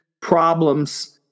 problems